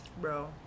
Bro